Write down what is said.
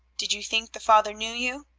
did you think the father knew you?